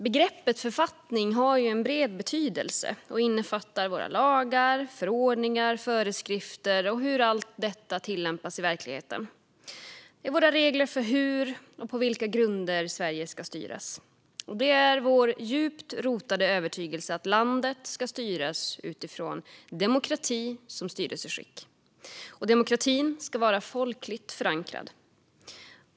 Begreppet författning har en bred betydelse och innefattar våra lagar, förordningar och föreskrifter samt hur allt detta tillämpas i verkligheten. Det är våra regler för hur och på vilka grunder Sverige ska styras. Det är vår djupt rotade övertygelse att landet ska styras utifrån demokrati som styrelseskick. Och demokratin ska vara folkligt förankrad.